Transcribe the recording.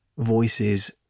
voices